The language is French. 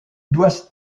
doit